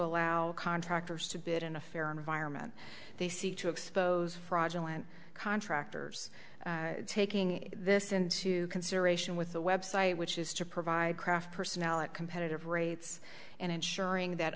allow contractors to bid in a fair environment they seek to expose fraudulent contractors taking this into consideration with the website which is to provide craft personality competitive rates and ensuring that